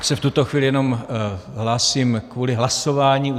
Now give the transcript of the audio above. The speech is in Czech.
Já se v tuto chvíli jenom hlásím kvůli hlasování.